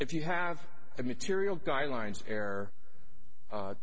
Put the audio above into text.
if you have the material guidelines air